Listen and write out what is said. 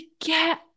get